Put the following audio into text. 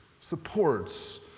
supports